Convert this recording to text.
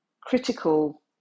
critical